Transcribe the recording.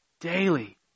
Daily